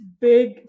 big